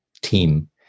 team